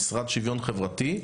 המשרד לשוויון חברתי,